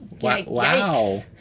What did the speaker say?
wow